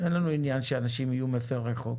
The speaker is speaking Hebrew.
אין לנו עניין שאנשים יהיו מפרי חוק